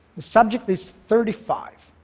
the subject is thirty five.